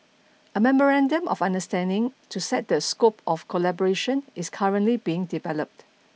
a memorandum of understanding to set the scope of collaboration is currently being developed